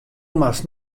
moatst